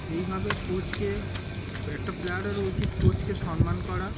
এইভাবে কোচকে একটা প্লেয়ারেরও উচিত কোচকে সম্মান করা